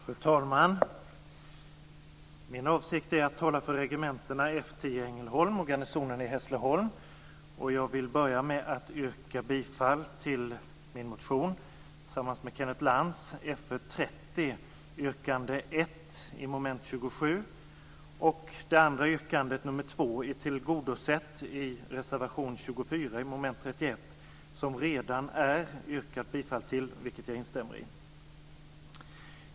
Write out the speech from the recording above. Fru talman! Min avsikt är att tala för regementena Jag vill börja med att yrka bifall till min och Kenneth Lantz motion, Fö30, yrkande 1, under mom. 27. 31, och jag instämmer i yrkandet om bifall till den.